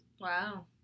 Wow